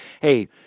hey